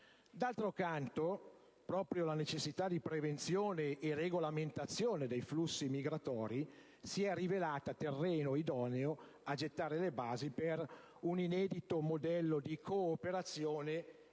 D'altro canto, proprio la necessità di prevenzione e regolamentazione dei flussi migratori si è rivelata terreno idoneo a gettare le basi per un inedito modello di cooperazione: